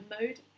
mode